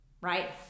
right